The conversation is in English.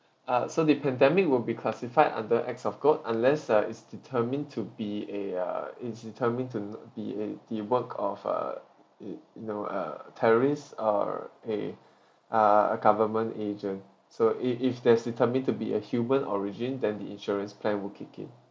uh so the pandemic will be classified under acts of god unless ah it's determined to be a uh it's determined to not be a the work of a you know a terrorist or a uh government agent so if if there's determined to be a human origin then the insurance plan will kick in